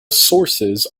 sources